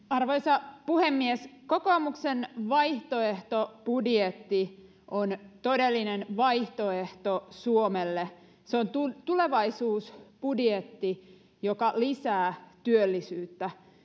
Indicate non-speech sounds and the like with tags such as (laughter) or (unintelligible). (unintelligible) arvoisa puhemies kokoomuksen vaihtoehtobudjetti on todellinen vaihtoehto suomelle se on tulevaisuusbudjetti joka lisää työllisyyttä